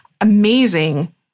Amazing